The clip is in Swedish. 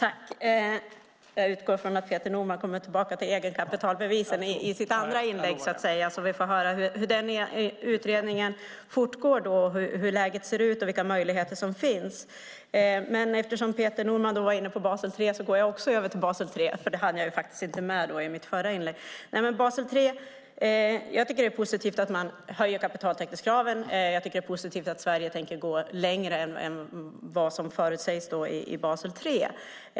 Herr talman! Jag utgår från att Peter Norman återkommer till egenkapitalbevisen i sitt nästa inlägg så att vi får höra hur den utredningen fortgår, hur läget ser ut och vilka möjligheter som finns. Eftersom Peter Norman var inne på Basel 3 går jag också över till Basel 3, vilket jag inte hann med i mitt förra inlägg. Jag tycker att det är positivt att man höjer kapitaltäckningskraven, och jag tycker att det är positivt att Sverige tänker gå längre än vad som sägs i Basel 3.